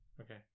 Okay